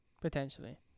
Potentially